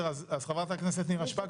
חברת הכנסת נירה שפק,